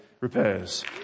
repairs